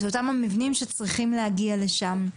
את אותם המבנים שצריכים להגיע לשם.